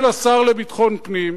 השר לביטחון פנים,